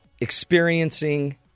experiencing